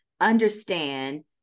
understand